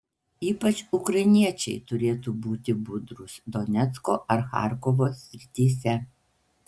ypač ukrainiečiai turėtų būti budrūs donecko ar charkovo srityse